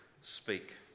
speak